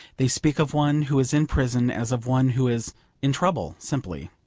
they speak of one who is in prison as of one who is in trouble simply.